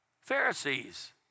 Pharisees